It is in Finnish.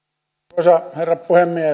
arvoisa herra puhemies